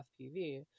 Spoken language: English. FPV